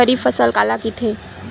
खरीफ फसल काला कहिथे?